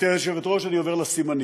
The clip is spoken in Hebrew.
גברתי היושבת-ראש, אני עובר לסימנים: